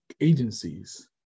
agencies